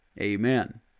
Amen